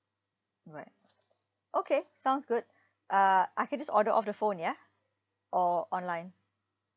alright okay sounds good uh I can just order off the phone ya or online